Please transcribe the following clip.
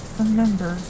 remember